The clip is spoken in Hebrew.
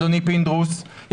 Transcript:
אדון פינדרוס,